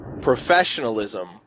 professionalism